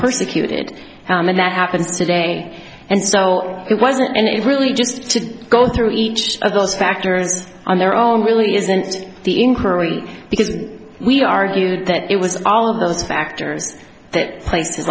persecuted and that happens today and so it wasn't and it really just to go through each of those factors on their own really isn't the encouraging because we argued that it was all of those factors that place